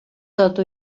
тату